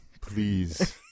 please